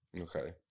okay